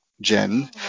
Jen